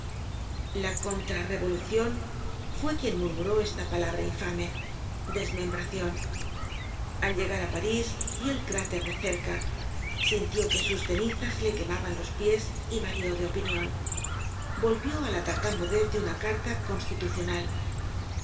la contra revolucion fue quien murmuró esta palabra infame desmembracion al llegar á parís vió el cráter de cerca sintió que sus cenizas le quemaban los pies y varió de opinion volvió á la tartamudez de una carta constitucional